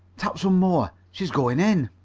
tap some more. she's going in.